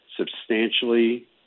substantially